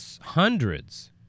hundreds